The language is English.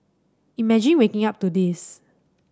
imagine waking up to this